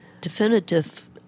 definitive